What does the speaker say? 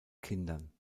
kindern